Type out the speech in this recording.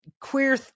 queer